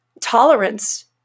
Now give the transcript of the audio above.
tolerance